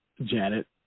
Janet